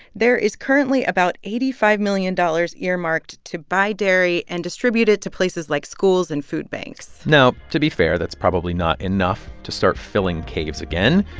there is currently about eighty five million dollars earmarked to buy dairy and distribute it to places like schools and food banks now, to be fair, that's probably not enough to start filling caves again.